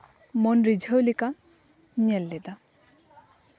ᱢᱚᱱ ᱨᱤᱡᱷᱟᱹᱣ ᱞᱮᱠᱟ ᱧᱮᱞ ᱞᱮᱫᱟ